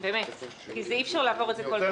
כי אי אפשר לעבור את זה כל פעם.